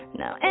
now